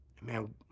Man